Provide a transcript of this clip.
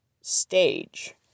stage